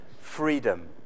freedom